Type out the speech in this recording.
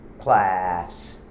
class